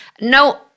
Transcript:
No